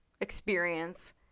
experience